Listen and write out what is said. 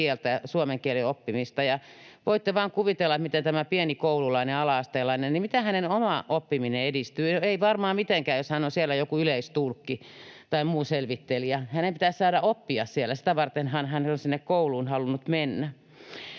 suomen kielen oppimista, ja voitte vain kuvitella, miten tämän pienen ala-astelaisen oma oppiminen edistyy. Ei varmaan mitenkään, jos hän on siellä joku yleistulkki tai muu selvittelijä. Hänen pitäisi saada oppia siellä — sitä vartenhan hän on sinne kouluun halunnut mennä.